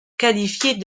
qualifiée